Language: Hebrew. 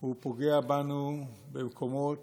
הוא פוגע בנו במקומות